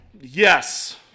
Yes